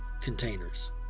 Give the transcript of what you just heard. containers